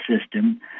system